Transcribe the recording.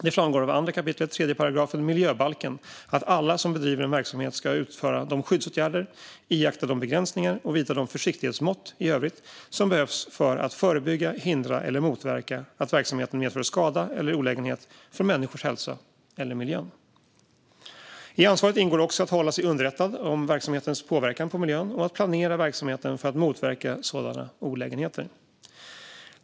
Det framgår av 2 kap. 3 § miljöbalken att alla som bedriver en verksamhet ska utföra de skyddsåtgärder, iaktta de begränsningar och vidta de försiktighetsmått i övrigt som behövs för att förebygga, hindra eller motverka att verksamheten medför skada eller olägenhet för människors hälsa eller miljön. I ansvaret ingår också att hålla sig underrättad om verksamhetens påverkan på miljön och att planera verksamheten för att motverka sådana olägenheter.